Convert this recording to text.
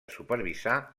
supervisar